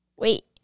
Wait